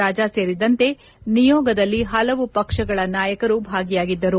ರಾಜಾ ಸೇರಿದಂತೆ ನಿಯೋಗದಲ್ಲಿ ಹಲವು ಪಕ್ಷಗಳ ನಾಯಕರು ಭಾಗಿಯಾಗಿದ್ದರು